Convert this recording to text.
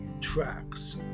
Tracks